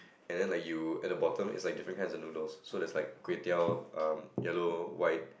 and then like you at the bottom it's like different kinds of noodles so there's like kway teow um yellow white